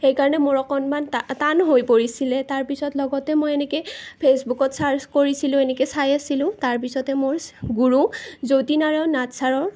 সেইকাৰণে মোৰ অকণমান টান হৈ পৰিছিলে তাৰ পিছত লগতে মই এনেকৈ ফেচবুকত ছাৰ্চ কৰিছিলো এনেকৈ চাই আছিলো তাৰ পিছতে মোৰ গুৰু জ্যোতিনাৰায়ণ নাথ ছাৰৰ